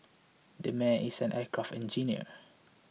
that man is an aircraft engineer